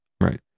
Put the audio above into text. right